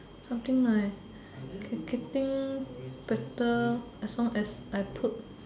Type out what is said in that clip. something like can getting better as long as I put